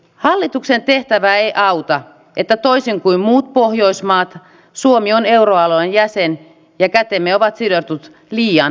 hallituksen tehtävää ei auta että toisin kuin muut pohjoismaat suomi on euroalueen jäsen ja kätemme ovat sidotut liian vahvaan valuuttaan